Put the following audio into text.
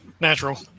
natural